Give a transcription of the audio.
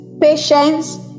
patience